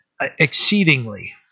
exceedingly